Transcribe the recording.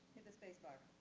hit the space bar.